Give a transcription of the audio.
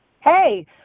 Hey